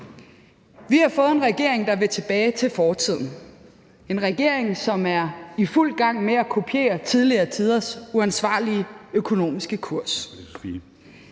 Vi har fået en regering, der vil tilbage til fortiden – en regering, som er i fuld gang med at kopiere tidligere tiders uansvarlige økonomiske kurs.